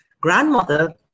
grandmother